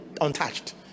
untouched